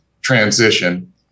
transition